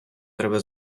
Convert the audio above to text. треба